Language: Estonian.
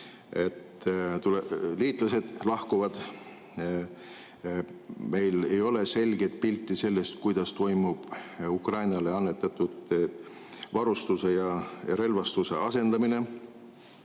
Liitlased lahkuvad. Meil ei ole selget pilti sellest, kuidas toimub Ukrainale annetatud varustuse ja relvastuse asendamine.